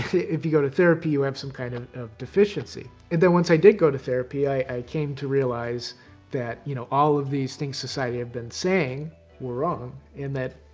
if you go to therapy, you have some kind of of deficiency. and, then once i did go to therapy, i came to realize that, you know, all of these things society had been saying were wrong, and that